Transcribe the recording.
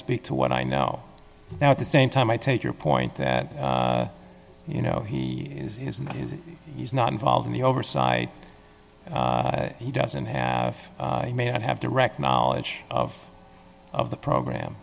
speak to what i know now at the same time i take your point that you know he is his and he's not involved in the oversight he doesn't have may not have direct knowledge of of the program